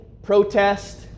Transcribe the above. protest